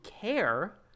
care